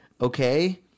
Okay